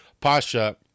Pasha